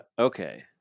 Okay